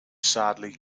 sadly